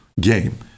game